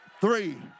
three